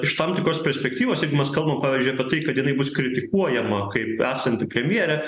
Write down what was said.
iš tam tikros perspektyvos jeigu mes kalbam pavyzdžiui apie tai kad jinai bus kritikuojama kaip esanti premjerė